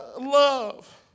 love